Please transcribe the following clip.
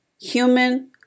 human